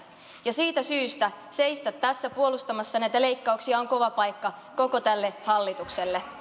siitä syystä seistä tässä puolustamassa näitä leikkauksia on kova paikka koko tälle hallitukselle